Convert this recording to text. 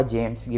James